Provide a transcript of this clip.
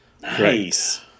Nice